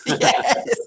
Yes